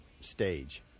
stage